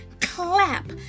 clap